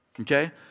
okay